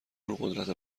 قدرت